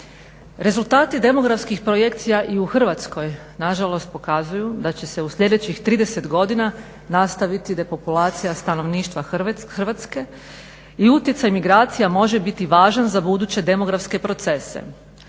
Rezultati demografskih projekcija i u Hrvatskoj nažalost pokazuju da će se u sljedećih 30 godina nastaviti depopulacija stanovništva Hrvatske i utjecaj migracija može biti važan za buduće demografske procese.